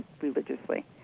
religiously